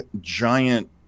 giant